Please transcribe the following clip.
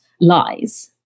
lies